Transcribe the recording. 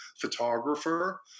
photographer